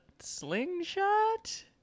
slingshot